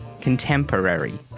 Contemporary